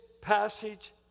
passage